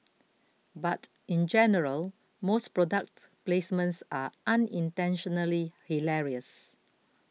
but in general most product placements are unintentionally hilarious